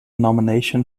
nomination